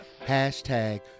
hashtag